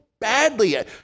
badly